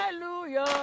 Hallelujah